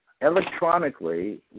electronically